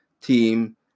team